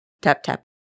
tap-tap